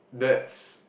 that's